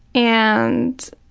and